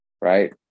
right